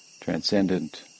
transcendent